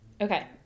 Okay